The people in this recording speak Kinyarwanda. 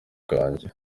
kanjye